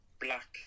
black